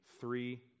three